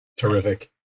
Terrific